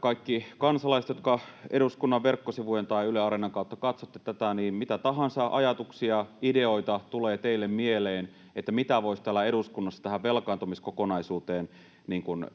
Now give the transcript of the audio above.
kaikille kansalaisille, jotka eduskunnan verkkosivujen tai Yle Areenan kautta katsotte tätä, että mitä tahansa ajatuksia tai ideoita tulee teille mieleen siitä, mitä voisi täällä eduskunnassa tähän velkaantumiskokonaisuuteen